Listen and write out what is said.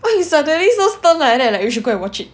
why you suddenly so stern like that like you should go and watch it